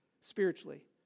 spiritually